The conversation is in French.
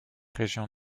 région